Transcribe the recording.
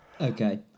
okay